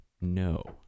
No